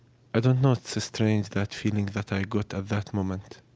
i don't know, it's strange, that feeling that i got at that moment.